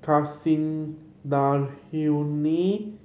Kasinadhuni